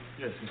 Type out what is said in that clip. Yes